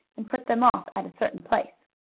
and put them off at a certain place.